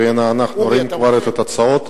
והנה אנחנו רואים כבר את התוצאות.